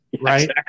right